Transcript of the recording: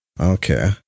okay